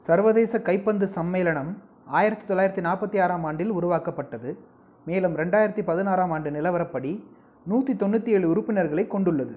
சர்வதேச கைப்பந்து சம்மேளனம் ஆயிரத்தி தொள்ளாயிரத்தி நாற்பத்தி ஆறாம் ஆண்டில் உருவாக்கப்பட்டது மேலும் ரெண்டாயிரத்தி பதினாறாம் ஆண்டு நிலவரப்படி நூற்றி தொண்ணுற்றி ஏழு உறுப்பினர்களைக் கொண்டுள்ளது